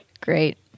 Great